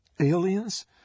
Aliens